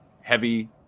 heavy